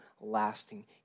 lasting